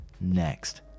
next